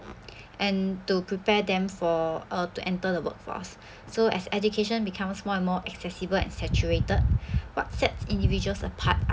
and to prepare them for uh to enter the workforce so as education becomes more and more accessible and saturated what sets individuals apart are